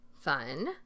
fun